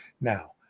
Now